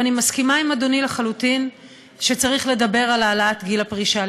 אני מסכימה עם אדוני לחלוטין שצריך לדבר על העלאת גיל הפרישה.